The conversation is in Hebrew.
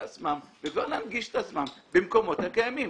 עצמם וכבר להנגיש את עצמם במקומות הקיימים.